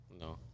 No